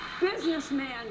businessman